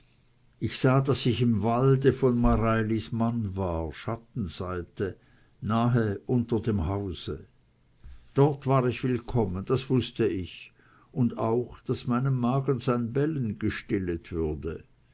ich sah daß ich im walde von mareilis mann war schattenseite nahe unter dem hause dort war ich willkommen das wußte ich und auch daß meinem magen sein bellen gestillet würde